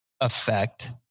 effect